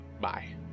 Bye